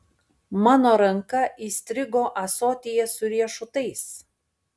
mano ranka įstrigo ąsotyje su riešutais